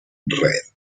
red